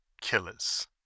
killers